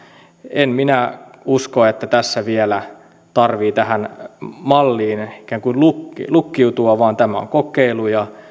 en minä usko että tässä vielä tarvitsee tähän malliin ikään kuin lukkiutua lukkiutua vaan tämä on kokeilu ja